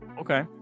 Okay